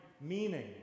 meaning